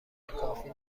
کافی